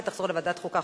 לוועדת החוקה,